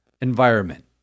environment